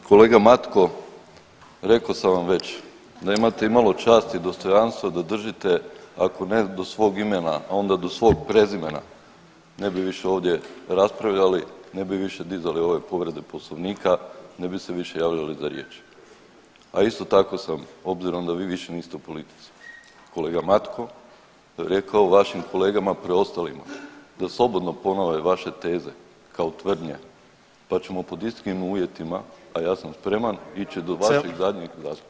238., kolega Matko, reko sam vam već, da imate imalo časti i dostojanstva da držite ako ne do svog imena onda do svog prezimena ne bi više ovdje raspravljali, ne bi više dizali ove povrede Poslovnika, ne bi se više javljali za riječ, a isto tako sam obzirom da vi više niste u politici kolega Matko rekao vašim kolegama preostalima da slobodno ponove vaše teze kao tvrdnje, pa ćemo pod istim uvjetima, a ja sam spreman, ići do vašeg zadnjeg zastupnika.